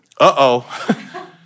Uh-oh